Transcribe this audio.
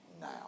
now